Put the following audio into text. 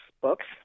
Books